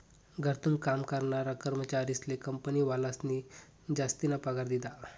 घरथून काम करनारा कर्मचारीस्ले कंपनीवालास्नी जासतीना पगार दिधा